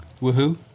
Woohoo